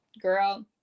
girl